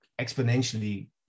exponentially